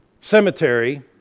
cemetery